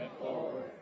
forward